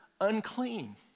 unclean